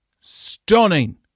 stunning